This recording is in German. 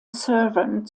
servern